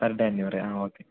പേർ ഡേ അഞ്ഞൂറ് ആ ഒക്കെ